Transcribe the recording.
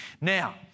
Now